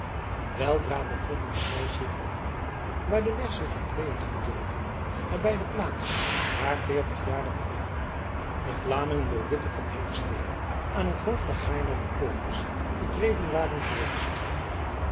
weldra bevonden zij zich op een hoek waar de weg zich in tweeën verdeelde nabij de plaats waar veertig jaren vroeger de vlamingen door witte van haemstede aan t hoofd der haarlemmer poorters verdreven waren geweest